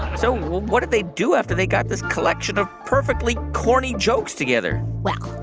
so what did they do after they got this collection of perfectly corny jokes together? well,